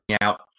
out